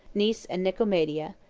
nice and nicomedia,